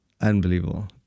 unbelievable